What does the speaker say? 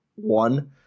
One